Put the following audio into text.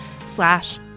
slash